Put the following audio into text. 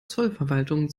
zollverwaltung